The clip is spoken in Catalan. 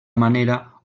manera